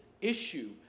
issue